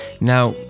Now